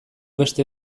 beste